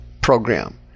Program